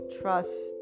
trust